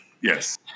yes